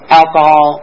alcohol